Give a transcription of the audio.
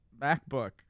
MacBook